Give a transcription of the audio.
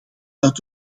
uit